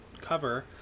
cover